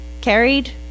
carried